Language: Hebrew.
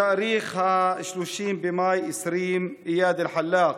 בתאריך 30 במאי 2020 איאד אלחלאק,